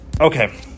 Okay